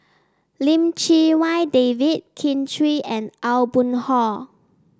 Lim Chee Wai David Kin Chui and Aw Boon Haw